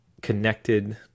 connected